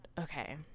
okay